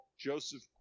Joseph